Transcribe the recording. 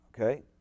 okay